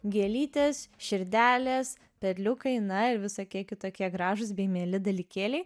gėlytės širdelės perliukai na ir visokie kitokie gražūs bei mieli dalykėliai